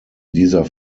dieser